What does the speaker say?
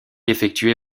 effectué